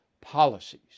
policies